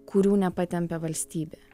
kurių nepatempia valstybė